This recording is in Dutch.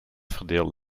verdeelt